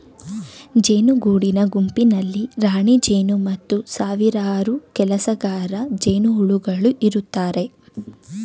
ಜೇನು ಗೂಡಿನ ಗುಂಪಿನಲ್ಲಿ ರಾಣಿಜೇನು ಮತ್ತು ಸಾವಿರಾರು ಕೆಲಸಗಾರ ಜೇನುಹುಳುಗಳು ಇರುತ್ತವೆ